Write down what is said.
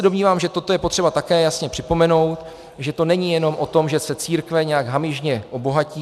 Domnívám se, že toto je potřeba také jasně připomenout, že to není jenom o tom, že se církve nějak hamižně obohatí.